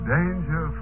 Danger